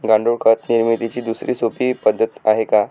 गांडूळ खत निर्मितीची दुसरी सोपी पद्धत आहे का?